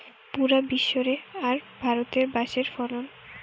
পুরা বিশ্ব রে আর ভারতে বাঁশের ফলন